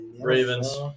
Ravens